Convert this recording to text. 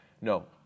No